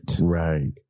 Right